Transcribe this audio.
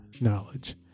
knowledge